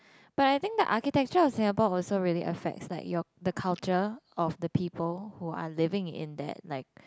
but I think the architecture of Singapore also really affects like your the culture of the people who are living in that like